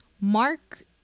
Mark